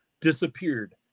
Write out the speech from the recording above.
disappeared